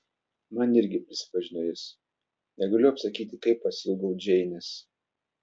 man irgi prisipažino jis negaliu apsakyti kaip pasiilgau džeinės